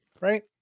Right